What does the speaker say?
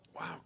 Wow